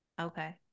Okay